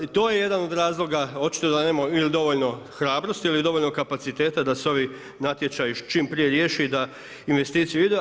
I to je jedan od razloga, očito da nema ili dovoljno hrabrosti ili dovoljno kapaciteta da se ovi natječaji čim prije riješe i da u investiciju idu.